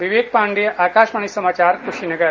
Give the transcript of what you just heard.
विवेक पांडेय आकाशवाणी समाचार कुशीनगर